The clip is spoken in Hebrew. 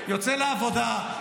יוצא לעבודה,